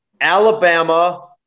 Alabama